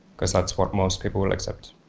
because that's what most people will accept